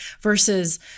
versus